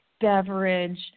beverage